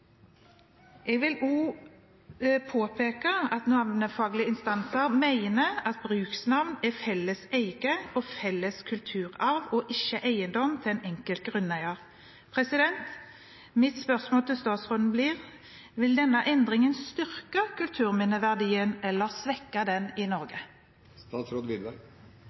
Jeg vil også påpeke at navnefaglige instanser mener at bruksnavn er felles eie og felles kulturarv, og ikke eiendommen til en enkelt grunneier. Mitt spørsmål til statsråden blir: Vil denne endringen styrke kulturminneverdien eller svekke den i